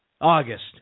August